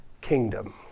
kingdom